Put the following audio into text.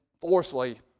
fourthly